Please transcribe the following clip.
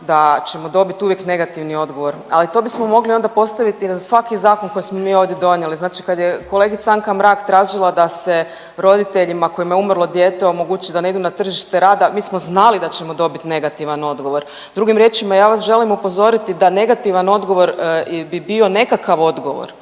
da ćemo dobit uvijek negativni odgovor, ali to bismo mogli onda postaviti na svaki zakon koji smo mi ovdje donijeli. Znači kad je kolegica Anka Mrak tražila da se roditeljima kojima je umrlo dijete omogući da ne idu na tržište rada mi smo znali da ćemo dobit negativan odgovor. Drugim riječima, ja vas želim upozoriti da negativan odgovor bi bio nekakav odgovor